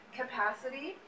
capacity